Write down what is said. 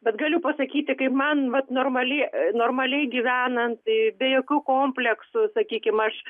bet galiu pasakyti kaip man vat normaliai normaliai gyvenant be jokių kompleksų sakykim aš